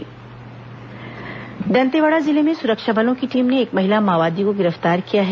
माओवादी गिरफ्तार दंतेवाड़ा जिले में सुरक्षा बलों की टीम ने एक महिला माओवादी को गिरफ्तार किया है